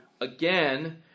again